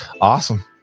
Awesome